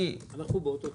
אנחנו באותו צד.